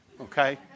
Okay